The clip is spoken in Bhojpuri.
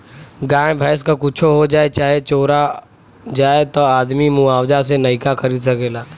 गाय भैंस क कुच्छो हो जाए चाहे चोरा जाए त आदमी मुआवजा से नइका खरीद सकेला